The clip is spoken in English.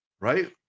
Right